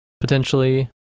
Potentially